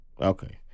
Okay